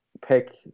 pick